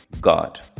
god